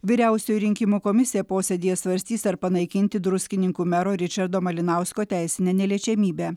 vyriausioji rinkimų komisija posėdyje svarstys ar panaikinti druskininkų mero ričardo malinausko teisinę neliečiamybę